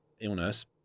illness